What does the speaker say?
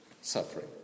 suffering